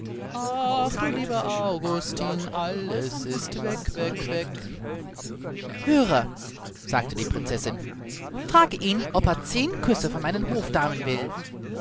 ach du lieber augustin alles ist weg weg weg höre sagte die prinzessin frage ihn ob er zehn küsse von meinen hofdamen will